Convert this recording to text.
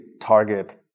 target